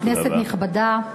כנסת נכבדה,